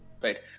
Right